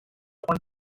often